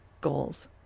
goals